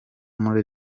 muri